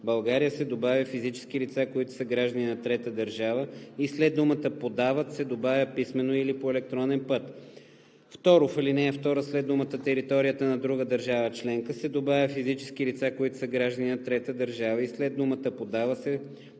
България“ се добавя „физически лица, които са граждани на трета държава“ и след думата „подават“ се добавя „писмено или по електронен път“. 2. В ал. 2 след думите „територията на друга държава членка“ се добавя „физически лица, които са граждани на трета държава“ и след думата „подават“ се добавя